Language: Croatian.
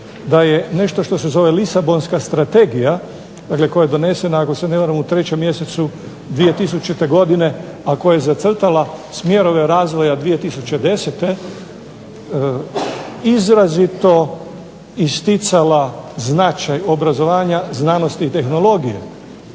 da je nešto što se zove Lisabonska strategija, dakle koja je donesena ako se ne varam u 3. mjesecu 2000. godine, a koja je zacrtala smjerove razvoja 2010. izrazito isticala značaj obrazovanja, znanosti i tehnologije.